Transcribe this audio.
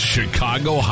Chicago